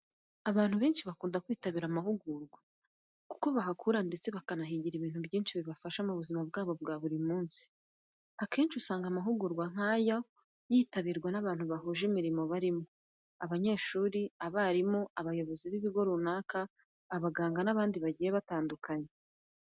Abantu benshi bakunda kwitabira amahugurwa, kuko bahakura ndetse bakahigira ibintu byinshi bibafasha mu buzima bwabo bwa buri munsi. Akenshi, usanga amahugurwa nk'ayo yitabirwa n'abantu bahuje imirimo harimo: abanyeshuri, abarimu, abayobozi b'ibigo runaka, abaganga n'abandi bagiye batandukanye.